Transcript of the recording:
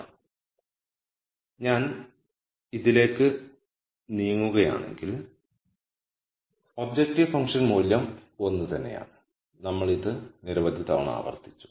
അതിനാൽ ഞാൻ ഇതിലേക്ക് നീങ്ങുകയാണെങ്കിൽ ഒബ്ജക്റ്റീവ് ഫംഗ്ഷൻ മൂല്യം ഒന്നുതന്നെയാണ് നമ്മൾ ഇത് നിരവധി തവണ ആവർത്തിച്ചു